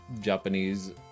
japanese